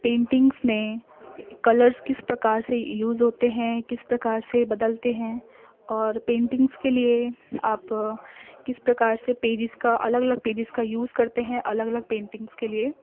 paintings میں colours کس پرکار سے یوز ہوتے ہیں کس پرکار سے بدلتے ہیں اور پینٹنگس کے لیے آپ کس پرکار سے پیجز کا الگ الگ پیجز کا یوز کرتے ہیں الگ الگ پینٹنگس کے لیے